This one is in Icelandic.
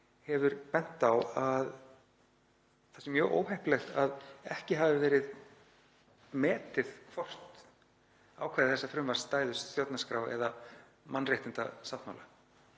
hefur bent á að það sé mjög óheppilegt að ekki hafi verið metið hvort ákvæði þessa frumvarps stæðust stjórnarskrá eða mannréttindasáttmála.